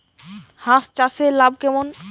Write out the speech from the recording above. হাঁস চাষে লাভ কেমন?